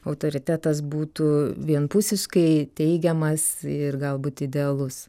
autoritetas būtų vienpusiškai teigiamas ir galbūt idealus